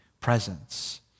presence